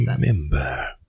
remember